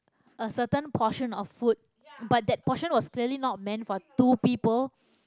a certain portion of food but that portion was clearly not meant for two people